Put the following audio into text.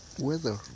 weather